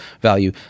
value